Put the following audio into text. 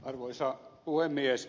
arvoisa puhemies